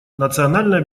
национальная